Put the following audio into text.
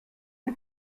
une